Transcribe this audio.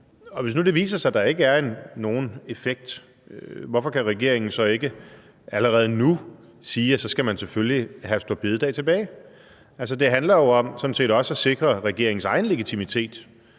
Hvis nu det viser sig, at der ikke er nogen effekt, hvorfor kan regeringen så ikke allerede nu sige, at så skal man selvfølgelig have store bededag tilbage? Det handler jo sådan set også om at sikre regeringens egen legitimitet.